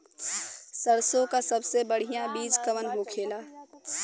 सरसों का सबसे बढ़ियां बीज कवन होखेला?